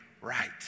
right